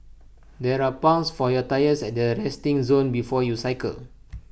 there are pumps for your tyres at the resting zone before you cycle